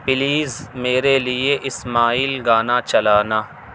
please میرے لیے smile گانا چلانا